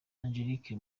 angelique